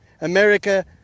America